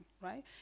right